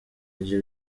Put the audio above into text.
rye